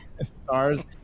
stars